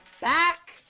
back